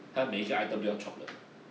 他每个 item 都要 chop 的